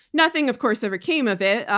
nothing, of course, ever came of it,